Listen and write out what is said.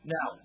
Now